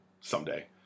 someday